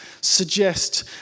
suggest